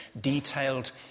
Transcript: detailed